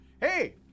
Hey